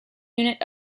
unit